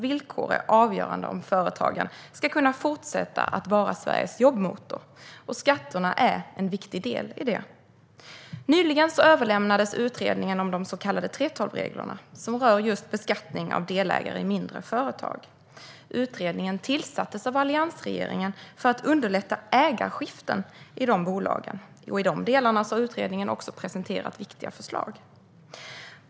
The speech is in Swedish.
Villkoren är avgörande för om företagen ska kunna fortsätta att vara Sveriges jobbmotor. Skatterna är en viktig del i det. Nyligen överlämnades utredningen om de så kallade 3:12-reglerna, som rör just beskattning av delägare i mindre företag. Utredningen tillsattes av alliansregeringen för att underlätta ägarskiften i de bolagen, och i de delarna har utredningen också presenterat viktiga förslag.